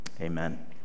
Amen